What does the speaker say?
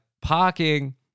parking